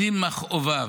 בשיא מכאוביו,